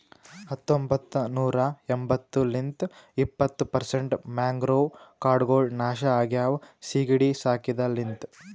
ಹತೊಂಬತ್ತ ನೂರಾ ಎಂಬತ್ತು ಲಿಂತ್ ಇಪ್ಪತ್ತು ಪರ್ಸೆಂಟ್ ಮ್ಯಾಂಗ್ರೋವ್ ಕಾಡ್ಗೊಳ್ ನಾಶ ಆಗ್ಯಾವ ಸೀಗಿಡಿ ಸಾಕಿದ ಲಿಂತ್